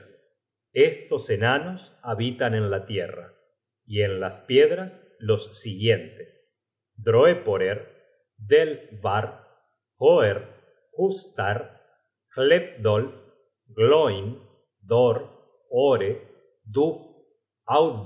estos enanos habitan en la tierra y en las piedras los siguientes droeporer delgthvare hoerr hugstare hledolf gloinn dore ore